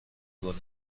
گلم